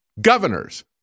governors